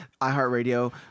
iHeartRadio